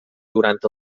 durant